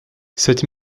cette